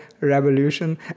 revolution